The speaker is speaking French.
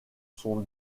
son